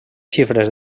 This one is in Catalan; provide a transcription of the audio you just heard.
xifres